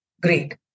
great